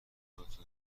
خودتو